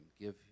give